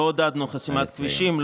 לא עודדנו חסימת כבישים,